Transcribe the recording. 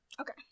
Okay